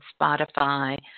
Spotify